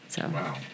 Wow